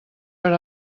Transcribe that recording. per